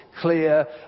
clear